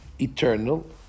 eternal